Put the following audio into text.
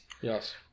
Yes